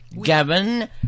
Gavin